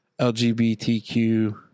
LGBTQ